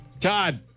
Todd